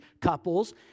couples